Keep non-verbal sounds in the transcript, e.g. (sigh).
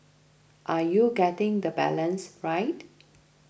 are you getting the balance right (noise)